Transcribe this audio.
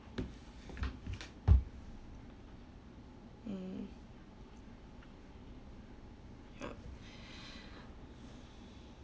mm ya